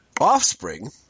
offspring